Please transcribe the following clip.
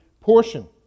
portion